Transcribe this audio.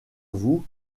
vous